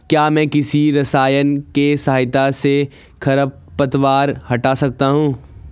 क्या मैं किसी रसायन के सहायता से खरपतवार हटा सकता हूँ?